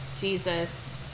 jesus